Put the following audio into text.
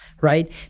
right